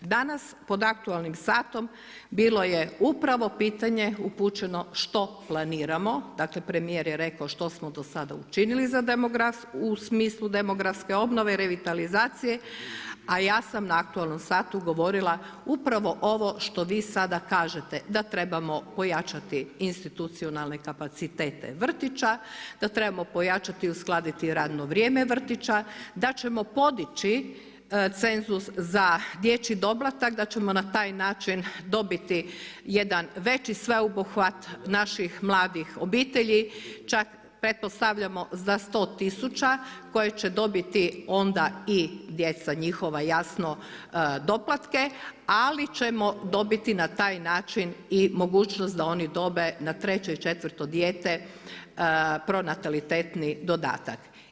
Danas, pod aktualnim satom bilo je upravo pitanje upućeno što planiramo, dakle premijer je rekao što smo do sada učinili u smislu demografske obnove i revitalizacije a ja sam na aktualnom satu govorila upravo ovo što vi sada kažete da trebamo pojačati institucionalne kapacitete vrtića, da trebamo pojačati i uskladiti radno vrijeme vrtića, da ćemo podići cenzus za dječji doplatak, da ćemo na taj način dobiti jedan veći sveobuhvat naših mladih obitelji, čak pretpostavljamo za 100 tisuća koje će dobiti onda i, djeca njihova jasno doplatke ali ćemo dobiti na taj način i mogućnost da oni dobe na treće, četvrto dijete pronatalitetni dodatak.